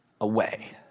away